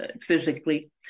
physically